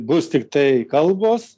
bus tiktai kalbos